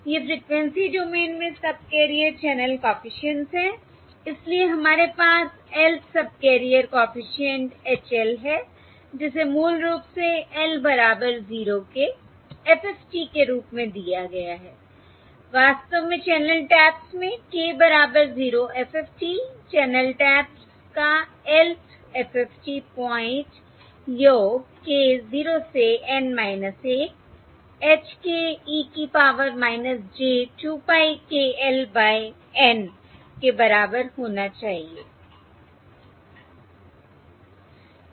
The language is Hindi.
ये फ्रिकवेंसी डोमेन में सबकैरियर चैनल कॉफिशिएंट्स हैं इसलिए हमारे पास Lth subcarrier coefficient H L है जिसे मूल रूप से L बराबर 0 के FFT के रूप में दिया गया है वास्तव में चैनल टैप्स में k बराबर 0 FFT चैनल टैप्स का Lth FFT पॉइंट योग k 0 से N - 1 h k e की power j 2 pie k l by N के बराबर होना चाहिए